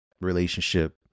relationship